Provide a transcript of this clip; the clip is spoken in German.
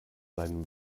seinem